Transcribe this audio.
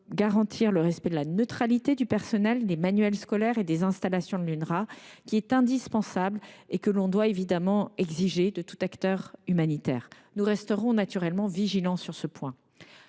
garantir le respect de la neutralité du personnel, des manuels scolaires et des installations de l’UNRWA, laquelle est indispensable et exigible de tout acteur humanitaire. Nous resterons naturellement vigilants sur ce point.